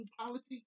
politics